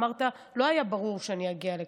אמרת: לא היה ברור שאני אגיע לכאן,